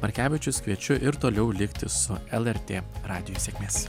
markevičius kviečiu ir toliau likti su lrt radiju sėkmės